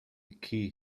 key